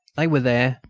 they were there,